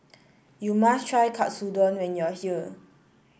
you must try Katsudon when you are here